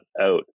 out